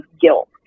guilt